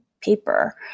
paper